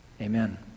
Amen